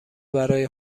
برای